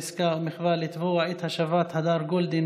עסקה ומחווה לתבוע את השבת הדר גולדין